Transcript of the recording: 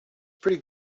pretty